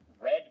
red